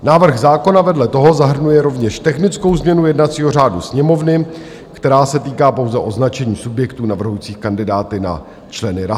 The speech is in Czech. Návrh zákona vedle toho zahrnuje rovněž technickou změnu jednacího řádu Sněmovny, která se týká pouze označení subjektů navrhujících kandidáty na členy rad.